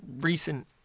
recent